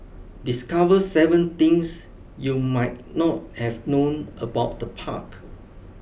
discover seven things you might not have known about the park